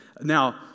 Now